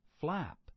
flap